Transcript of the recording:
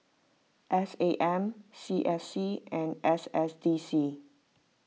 S A M C S C and S S D C